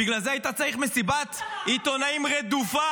בגלל זה היית צריך מסיבת עיתונאים רדופה?